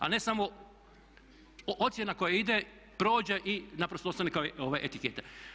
Ali ne samo ocjena koja ide prođe i naprosto ostane kao etiketa.